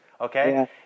Okay